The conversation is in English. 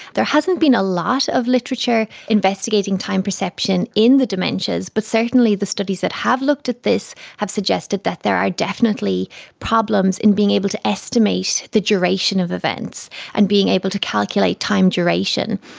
there hasn't been a lot of literature investigating time perception in the dementias, but certainly the studies that have looked at this have suggested that there are definitely problems in being able to estimate the duration of events and being able to calculate time duration.